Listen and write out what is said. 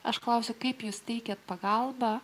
aš klausiu kaip jūs teikiate pagalbą